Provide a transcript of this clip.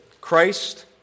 Christ